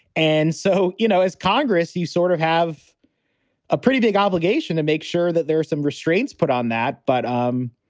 and so, you know, as congress, you sort of have a pretty big obligation to make sure that there are some restraints put on that. but, um